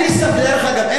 דרך אגב, אין לי ספק.